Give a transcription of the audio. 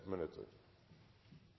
minutt til